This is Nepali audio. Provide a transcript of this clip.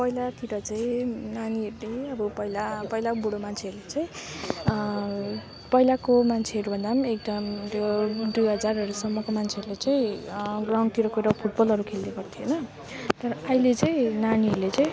पहिलातिर चाहिँ नानीहरूले अब पहिला पहिला बुढो मान्छेहरूले चाहिँ पहिलाको मान्छेहरू भन्दा एकदम त्यो दुई हजारहरूसम्मको मान्छेहरूले चाहिँ ग्राउन्डतिर गएर फुटबलहरू खेल्ने गर्थ्यो होइन तर अहिले चाहिँ नानीहरूले चाहिँ